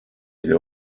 ile